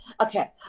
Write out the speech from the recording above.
okay